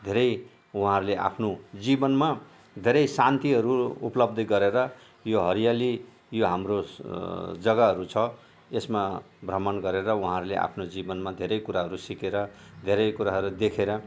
धेरै उहाँहरूले आफ्नो जीवनमा धेरै शान्तिहरू उपलब्धि गरेर यो हरियाली यो हाम्रो जग्गाहरू छ यसमा भ्रमण गरेर उहाँहरूले आफ्नो जीवनमा धेरै कुराहरू सिकेर धेरै कुराहरू देखेर